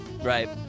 right